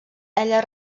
ella